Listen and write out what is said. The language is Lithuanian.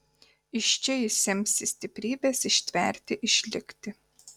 iš čia jis semsis stiprybės ištverti išlikti